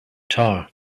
tar